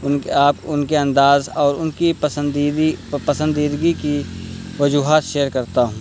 ان آپ ان کے انداز اور ان کی پسندیدی پسندیدگی کی وجوہات شیئر کرتا ہوں